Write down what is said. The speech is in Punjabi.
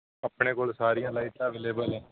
ਆਪਣੇ ਕੋਲ ਸਾਰੀਆਂ ਲਾਈਟਾਂ ਅਵੇਲੇਬਲ ਹੈ